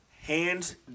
hands